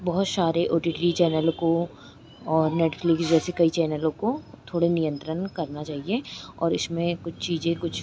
बहुत सारे O T T channel को और नेटफ़्लिक्स जैसे कई चैनलों को थोड़े नियंत्रन में करना चाहिए और इसमें कुछ चीज़ें कुछ